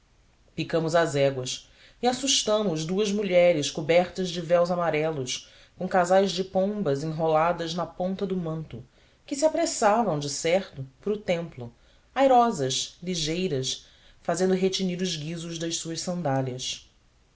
picamos as éguas e assustamos duas mulheres cobertas de véus amarelos com casais de pombas enroladas na ponta do manto que se apressavam decerto para o templo airosas ligeiras fazendo retinir os guizos das suas sandálias